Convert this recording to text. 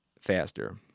faster